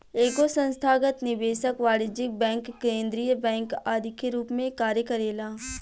एगो संस्थागत निवेशक वाणिज्यिक बैंक केंद्रीय बैंक आदि के रूप में कार्य करेला